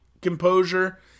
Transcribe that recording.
composure